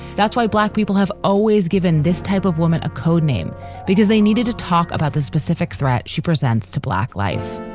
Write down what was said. that's why black people have always given this type of woman a code name because they needed to talk about the specific threat she presents to black life.